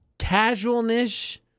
casualness